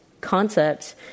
concepts